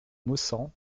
maussangs